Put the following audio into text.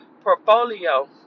portfolio